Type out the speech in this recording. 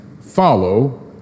follow